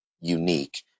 unique